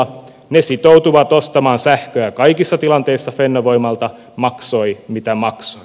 ne sitoutuvat ostamaan sähköä kaikissa tilanteissa fennovoimalta maksoi mitä maksoi